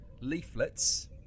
leaflets